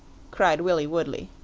cried willie woodley.